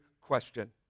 question